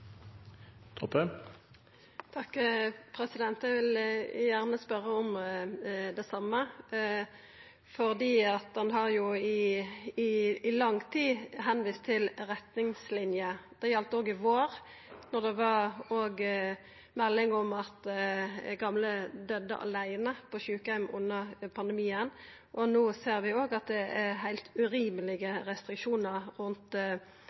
som mulig. Eg vil gjerne spørja om det same, for ein har i lang tid vist til retningslinjer. Det gjaldt òg i vår da det kom melding om at gamle døydde aleine på sjukeheim under pandemien. No ser vi òg at det er heilt urimelege restriksjonar rundt